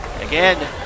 Again